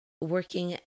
working